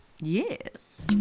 Yes